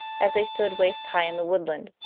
as they stood waist-high in the woodland.